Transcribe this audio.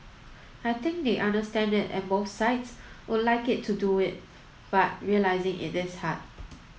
I think they understand it and both sides would like it to do it but realising it is hard